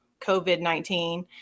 COVID-19